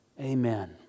Amen